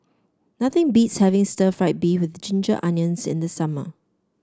nothing beats having Stir Fried Beef with Ginger Onions in the summer